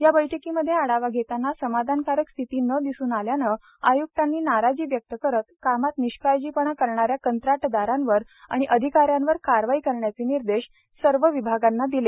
या बैठकीमध्ये आढावा धेताना समाधानकारक स्थिती न दिसून आल्याने आय्क्तांनी नाराजी व्यक्त करत कामात निष्काळजीपणा करणाऱ्या कंत्राटदारांवर व अधिकाऱ्यांवर कारवाई करण्याचे निर्देश सर्व विभागांना दिले